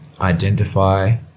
identify